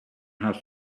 have